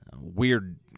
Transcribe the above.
weird